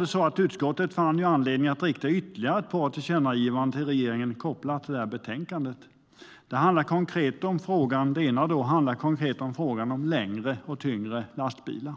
förslaget. Utskottet har också funnit anledning att rikta ytterligare ett par tillkännagivanden till regeringen, kopplade till detta betänkande. Det ena handlar konkret om längre och tyngre lastbilar.